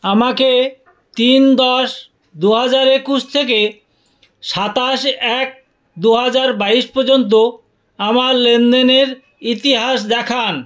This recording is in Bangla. আমাকে তিন দশ দু হাজার একুশ থেকে সাতাশ এক দু হাজার বাইশ পর্যন্ত আমার লেনদেনের ইতিহাস দেখান